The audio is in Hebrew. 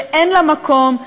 שאין לה מקום,